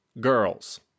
girls